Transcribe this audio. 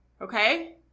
Okay